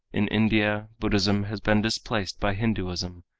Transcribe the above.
in india, buddhism has been displaced by hinduism,